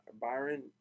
Byron